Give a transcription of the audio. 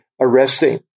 arresting